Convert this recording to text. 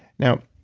now,